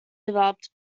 developed